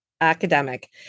academic